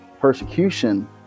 persecution